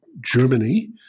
Germany